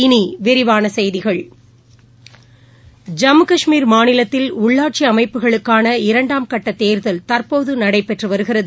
இனி விரிவான செய்திகள் ஜம்மு கஷ்மீர் மாநிலத்தில் உள்ளாட்சி அமைப்புகளுக்கான இரண்டாம் கட்ட தேர்தல் தற்போது நடைபெற்று வருகிறது